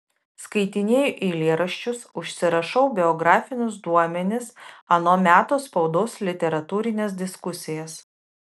skaitinėju eilėraščius užsirašau biografinius duomenis ano meto spaudos literatūrines diskusijas